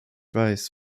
weiß